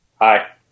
Hi